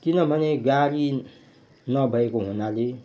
किनभने गाडी नभएको हुनाले